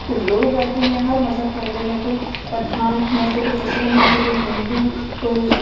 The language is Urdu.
کہ لوگ رہتے ہیں ہر مذہب کے اندر یہاں کوئی پٹھان ہے تو کوئی مسلم ہے تو کوئی ہندو کوئی